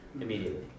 immediately